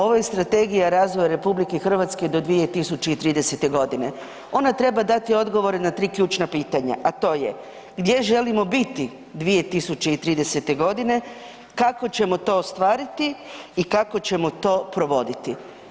Ovo je strategija razvoja RH do 2030.g. Ona treba dati odgovor na 3 ključna pitanja, a to je gdje želimo biti 2030.g., kako ćemo to ostvariti i kako ćemo to provoditi?